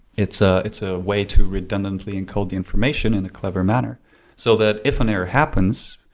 it's ah it's a way to redundantly encode the information in a clever manner so that if an error happens,